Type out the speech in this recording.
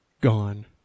Gone